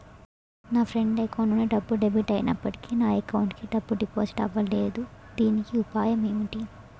నా friend account నుండి డబ్బు డెబిట్ అయినప్పటికీ నా అకౌంట్ కి డబ్బు డిపాజిట్ అవ్వలేదుదీనికి ఉపాయం ఎంటి?